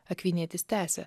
akvinietis tęsia